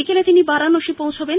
বিকেলে তিনি বারানসী পৌঁছোবেন